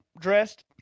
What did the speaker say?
Dressed